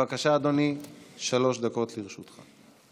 בבקשה, אדוני, שלוש דקות לרשותך.